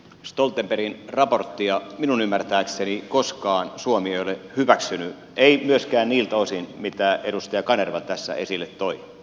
stoltenbergin raporttia minun ymmärtääkseni koskaan suomi ei ole hyväksynyt ei myöskään niiltä osin mitä edustaja kanerva tässä esille toi